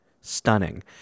Stunning